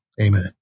Amen